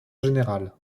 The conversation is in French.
générale